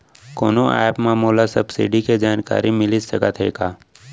कोनो एप मा मोला सब्सिडी के जानकारी मिलिस सकत हे का?